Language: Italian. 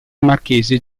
marchese